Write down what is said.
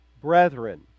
brethren